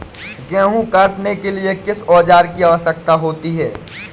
गेहूँ काटने के लिए किस औजार की आवश्यकता होती है?